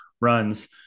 runs